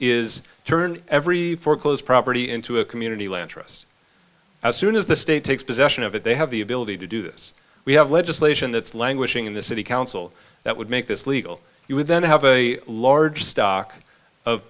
is turn every foreclosed property into a community land trust as soon as the state takes possession of it they have the ability to do this we have legislation that's languishing in the city council that would make this legal you would then have a large stock of